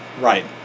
Right